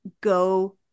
go